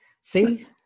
See